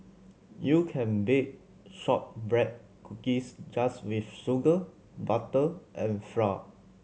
you can bake shortbread cookies just with sugar butter and flour